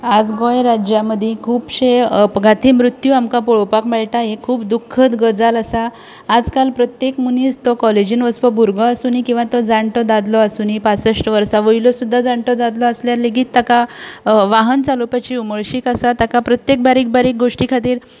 आयज गोंय राज्या मदीं खुबशे अपघाती मृत्यू आमकां पळोवपाक मेळटा हें खूब दुखद गजाल आसा आयज काल प्रत्येक मनीस तो काॅलेजींत वचपी भुरगो आसुनी किंवां तो जाण्टो दादलो आसुनी पासश्ट वर्सां वयलो सुद्दां जाण्टो आसल्यार लेगीत ताका वाहन चलोवपाची उमळशीक आसा ताका प्रत्येक बारीक बारीक गोश्टी खातीर